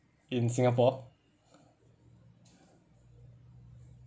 in singapore